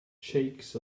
shakes